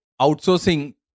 outsourcing